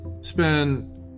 spend